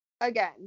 Again